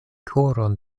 koron